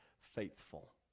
faithful